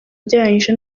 ugereranyije